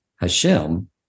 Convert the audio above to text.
Hashem